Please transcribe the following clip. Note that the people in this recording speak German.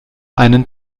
einen